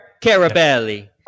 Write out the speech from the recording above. Carabelli